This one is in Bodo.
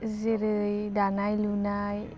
जेरै दानाय लुनाय